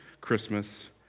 Christmas